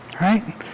Right